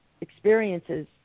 experiences